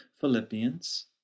Philippians